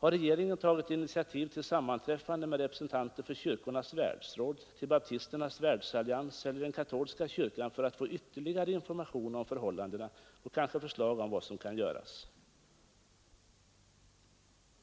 Har regeringen tagit initiativ till sammanträffande med representanter för Kyrkornas världsråd. för Baptisernas världsallians eller för den katolska kyrkan för att få ytterligare information om förhållandena och kanske förslag om vad som kan göras?